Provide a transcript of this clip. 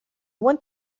want